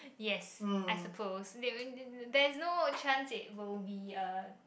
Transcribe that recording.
yes I suppose they there's no chance it will be a